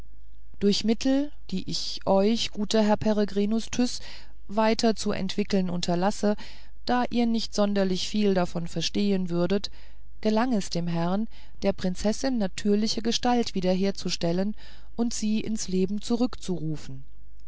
durch mittel die ich euch guter herr peregrinus tyß weiter zu entwickeln unterlasse da ihr nicht sonderlich viel davon verstehen würdet gelang es dem herrn der prinzessin natürliche gestalt wieder herzustellen und sie ins leben zurückzurufen